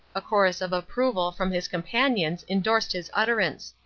a chorus of approval from his companions endorsed his utterance.